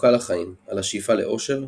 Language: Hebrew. התשוקה לחיים על השאיפה לאושר,